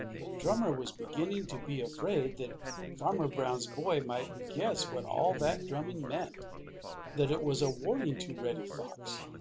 but drummer was beginning to be afraid that farmer brown's boy might guess what all that drumming meant that it was a warning to reddy fox.